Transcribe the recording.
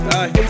aye